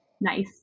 nice